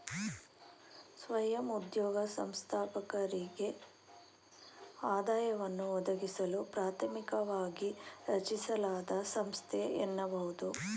ಸ್ವಯಂ ಉದ್ಯೋಗ ಸಂಸ್ಥಾಪಕರಿಗೆ ಆದಾಯವನ್ನ ಒದಗಿಸಲು ಪ್ರಾಥಮಿಕವಾಗಿ ರಚಿಸಲಾದ ಸಂಸ್ಥೆ ಎನ್ನಬಹುದು